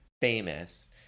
famous